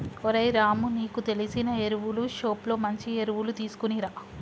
ఓరై రాము నీకు తెలిసిన ఎరువులు షోప్ లో మంచి ఎరువులు తీసుకునిరా